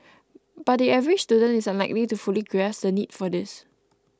but the average student is unlikely to fully grasp the need for this